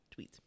tweets